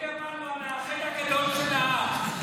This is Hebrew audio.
ליברמן הוא המאחד הגדול של העם.